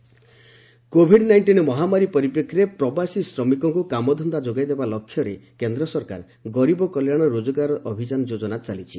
GKRA covid nineteen ମହାମାରୀ ପରିପ୍ରେକ୍ଷୀରେ ପ୍ରବାସୀ ଶ୍ରମିକଙ୍କୁ କାମଧନ୍ଦା ଯୋଗାଇ ଦେବା ଲକ୍ଷ୍ୟରେ କେନ୍ଦ୍ର ସରକାର ଗରିବ କଲ୍ୟାଣ ରୋଜଗାର ଅଭିଯାନ ଯୋଜନା ଚାଲିଛି